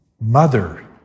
mother